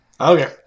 okay